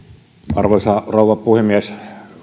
arvoisa rouva puhemies